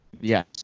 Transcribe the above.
yes